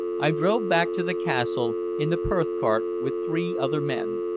i drove back to the castle in the perth-cart with three other men,